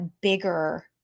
bigger